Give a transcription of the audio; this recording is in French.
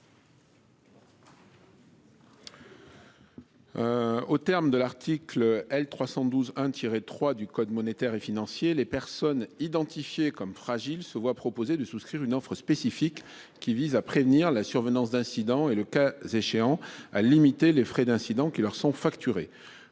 Au terme de l'article L. 312 1 tiré 3 du code monétaire et financier. Les personnes identifiées comme fragiles se voient proposer de souscrire une offre spécifique qui vise à prévenir la survenance d'incidents et le cas échéant à limiter les frais d'incident qui leur sont facturés